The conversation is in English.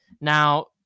now